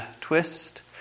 twist